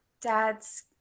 dad's